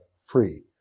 free